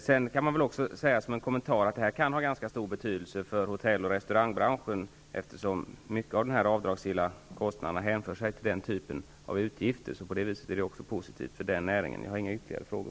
Som en kommentar kan jag säga att detta kan ha ganska stor betydelse för hotell och restaurangbranschen, eftersom många av dessa avdragsgilla kostnader hänför sig denna typ av utgifter. Därför är detta positivt även för den näringen. Fru talman! Jag har inga ytterligare frågor.